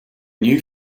new